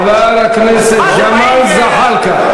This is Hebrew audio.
חבר הכנסת ג'מאל זחאלקה.